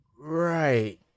Right